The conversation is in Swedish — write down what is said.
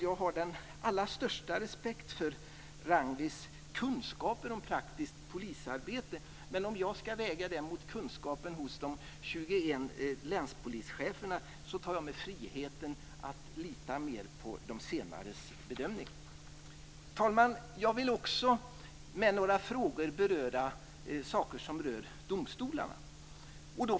Jag har den största respekt för Ragnwis kunskaper om praktiskt polisarbete, men om jag ska väga den kunskapen mot kunskapen hos de 21 länspolischeferna tar jag mig friheten att lita mer på de senares bedömning. Fru talman! Jag vill också beröra några saker som rör domstolarna.